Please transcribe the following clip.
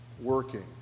working